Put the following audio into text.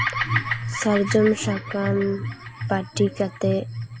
ᱥᱟᱨᱡᱚᱢ ᱥᱟᱠᱟᱢ ᱯᱟᱹᱴᱤ ᱠᱟᱛᱮᱫ